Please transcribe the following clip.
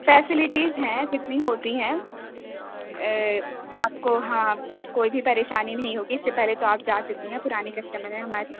facilities ہیں جتنی ہوتی ہیں آپ کو ہاں کوئی بھی پریشانی نہیں ہوگی اس سے پہلے تو آپ جا چکی ہیں پرانی کسٹمر ہیں ہماری